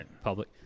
public